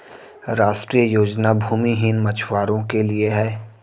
राष्ट्रीय योजना भूमिहीन मछुवारो के लिए है